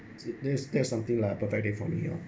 this that's something like a perfect day for me lor